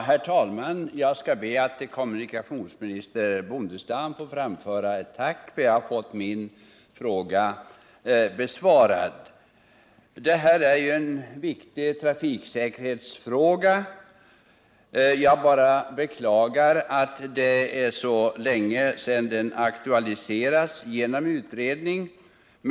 Herr talman! Jag skall be att till kommunikationsminister Bondestam få framföra ett tack för att jag har fått min fråga besvarad. Det här är en viktig trafiksäkerhetsfråga. Jag beklagar att det är så länge sedan den aktualiserades genom utredning utan att någonting skett tidigare.